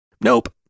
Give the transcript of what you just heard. Nope